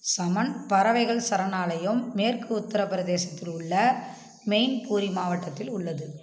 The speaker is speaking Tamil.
சமன் பறவைகள் சரணாலயம் மேற்கு உத்தரபிரதேசத்தில் உள்ள மெயின்புரி மாவட்டத்தில் உள்ளது